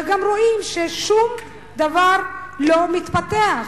וגם רואים ששום דבר לא מתפתח,